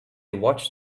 watched